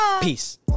Peace